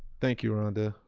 thank you, rhonda.